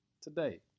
Today